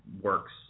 works